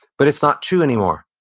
but it's not true anymore.